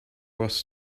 was